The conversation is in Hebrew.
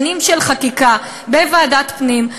שנים של חקיקה בוועדת הפנים,